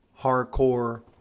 hardcore